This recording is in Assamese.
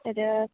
তাৰপিছত